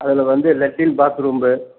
அதில் வந்து லெட்டின் பாத்ரூம்பு